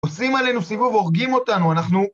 עושים עלינו סיבוב, הורגים אותנו, אנחנו...